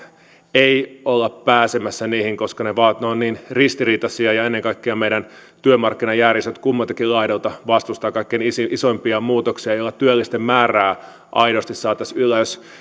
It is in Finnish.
ei olla pääsemässä koska ne ovat niin ristiriitaisia ja ennen kaikkea meidän työmarkkinajärjestöt kummaltakin laidalta vastustavat kaikkein isoimpia muutoksia joilla työllisten määrää aidosti saataisiin ylös